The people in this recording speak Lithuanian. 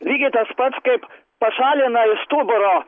lygiai tas pats kaip pašalina iš stuburo